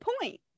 point